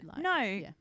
No